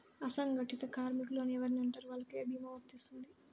అసంగటిత కార్మికులు అని ఎవరిని అంటారు? వాళ్లకు ఏ భీమా వర్తించుతుంది?